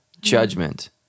judgment